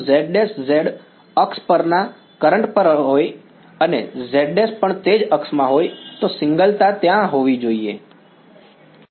જો z′ z અક્ષ પરના કરંટ પર પણ હોય અને z′′ પણ તે જ અક્ષમાં હોય તો સિંગલ તા ત્યાં હોવી જોઈએ